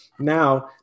Now